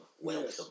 welcome